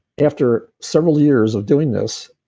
after several years of doing this,